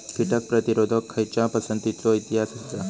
कीटक प्रतिरोधक खयच्या पसंतीचो इतिहास आसा?